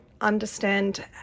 understand